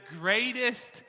greatest